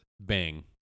bang